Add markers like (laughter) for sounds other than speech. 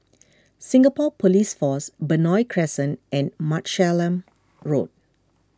Singapore Police Force Benoi Crescent and (unintelligible) Road